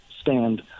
stand